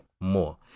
more